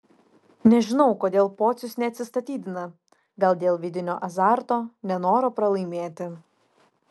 nežinau kodėl pocius neatsistatydina gal dėl vidinio azarto nenoro pralaimėti